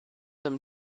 them